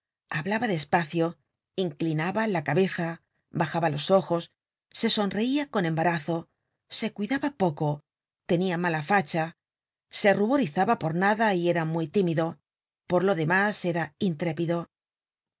hablaba despacio inclinaba la cabeza bajaba los ojos se sonreia con embarazo se cuidaba poco tenia mala facha se ruborizaba por nada y era muy tímido por lo demás era intrépido